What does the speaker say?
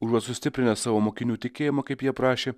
užuot sustiprinęs savo mokinių tikėjimą kaip jie prašė